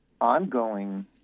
ongoing